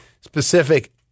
specific